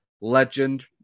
legend